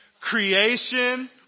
Creation